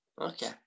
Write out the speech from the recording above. okay